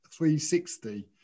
360